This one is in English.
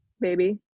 baby